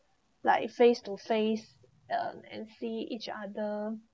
like face to face uh and see each other